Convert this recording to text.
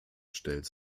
stellt